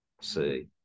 See